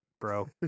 bro